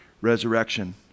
resurrection